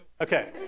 Okay